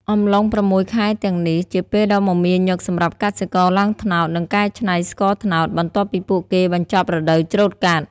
អំឡុង៦ខែទាំងនេះ ជាពេលដ៏មមាញឹកសម្រាប់កសិករឡើងត្នោត និងកែច្នៃស្ករត្នោត បន្ទាប់ពីពួកគេបញ្ចប់រដូវច្រូតកាត់។